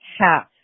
half